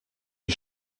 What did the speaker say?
die